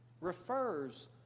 refers